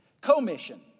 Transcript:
commission